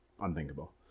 unthinkable